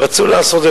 רצו לעשות.